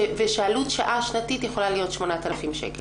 ושעלות שעה שנתית יכולה להיות 8,000 שקל.